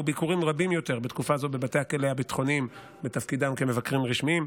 ביקורים רבים יותר בתקופה זו בבתי הכלא הביטחוניים בתפקידם כמבקרים רשמיים,